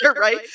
right